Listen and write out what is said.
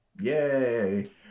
Yay